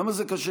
למה זה קשה?